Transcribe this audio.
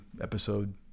episode